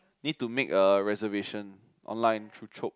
need to make a reservation online through chope